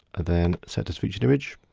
ah then set as featured image.